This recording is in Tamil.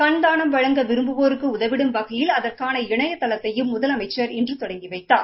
கண்தானம் வழங்க விரும்புவோருக்கு உதவிடும் வகையில் அதற்கான இணையதளத்தையும் முதலமைச்சர் இன்று தொடங்கி வைத்தார்